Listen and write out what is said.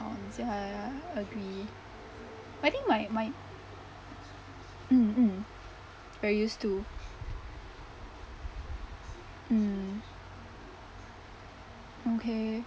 counts ya ya ya agree I think my my mm mm I used to mm okay